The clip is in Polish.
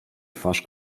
twarz